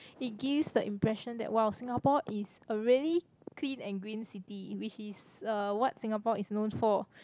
it gives the impression that !wow! Singapore is a really clean and green city which is uh what Singapore is known for